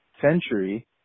century